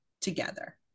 together